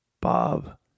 bob